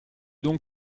donc